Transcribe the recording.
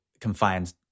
confined